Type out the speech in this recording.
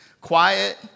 quiet